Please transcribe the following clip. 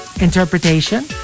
interpretation